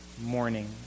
morning